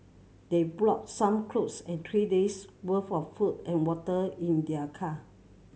they brought some cloth and three days' worth of food and water in their car